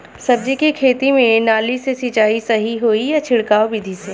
सब्जी के खेती में नाली से सिचाई सही होई या छिड़काव बिधि से?